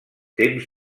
temps